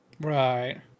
Right